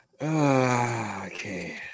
okay